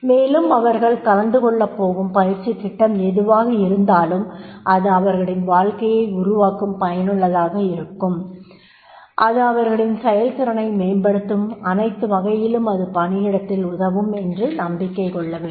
மேலும் அவர்கள் கலந்து கொள்ளப் போகும் பயிற்சித் திட்டம் எதுவாக இருந்தாலும் அது அவர்களின் வாழ்க்கையை உருவாக்கும் பயனுள்ளதாக இருக்கும் அது அவர்களின் செயல்திறனை மேம்படுத்தும் அனைத்து வகையிலும் அது பணியிடத்தில் உதவும் என்று நம்பிக்கை கொள்ளவேண்டும்